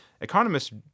economists